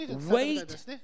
Wait